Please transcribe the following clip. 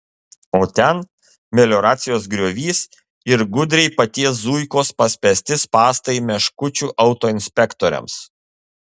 o ten melioracijos griovys ir gudriai paties zuikos paspęsti spąstai meškučių autoinspektoriams